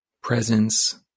presence